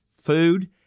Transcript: food